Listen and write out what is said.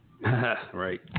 Right